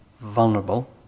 vulnerable